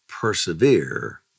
persevere